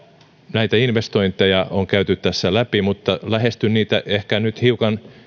näitä investointeja on käyty tässä läpi mutta lähestyn niitä ehkä nyt hiukan